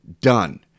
done